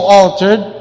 altered